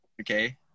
okay